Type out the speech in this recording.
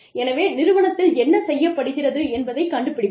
எனவே நிறுவனத்தில் என்ன செய்யப்படுகிறது என்பதை கண்டுபிடிப்போம்